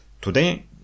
today